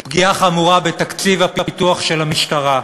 פגיעה חמורה בתקציב הפיתוח של המשטרה,